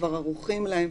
שכבר ערוכים אליהם,